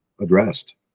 addressed